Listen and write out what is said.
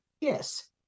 Yes